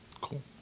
Cool